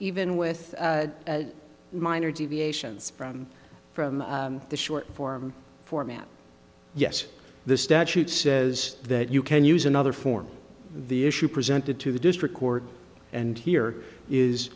even with minor deviations from from the short form format yes the statute says that you can use another form the issue presented to the district court and here is